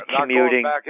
commuting